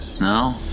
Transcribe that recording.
No